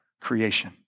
creation